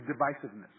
divisiveness